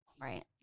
Right